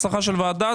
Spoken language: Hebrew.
ההצלחה של הוועדה,